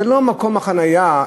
זה לא מקום חניה,